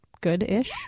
good-ish